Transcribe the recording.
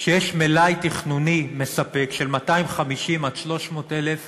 שיש מלאי תכנוני מספק של 250,000 300,000